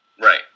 Right